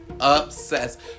obsessed